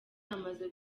amaze